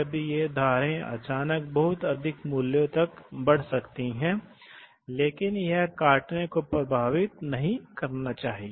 तो ऐसे मामलों में लेकिन क्या कहा जाता है कि यदि आप एक होना चाहते हैं आप एक निरंतर प्रवाह विशेषता जानते हैं तो आपको बनाए रखना चाहिए